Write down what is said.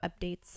updates